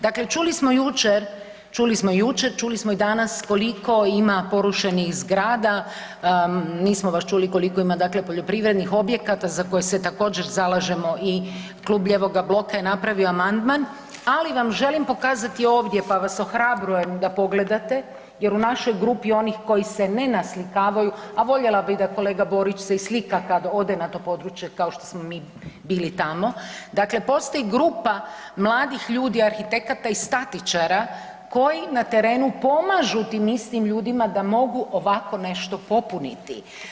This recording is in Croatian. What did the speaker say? Dakle, čuli smo jučer, čuli smo jučer, čuli smo i danas koliko ima porušenih zgrada, nismo baš čuli koliko ima dakle poljoprivrednih objekata za koje se također zalažemo i Klub lijevoga bloka je napravio amandman, ali vam želim pokazati ovdje, pa vas ohrabrujem da pogledate jer u našoj grupi onih koji se ne naslikavaju, a voljela bih da kolega Borić se i slika kad ode na to područje kao što smo mi bili tamo, dakle postoji grupa mladih ljudi arhitekata i statičara koji na terenu pomažu tim istim ljudima da mogu ovako nešto popuniti.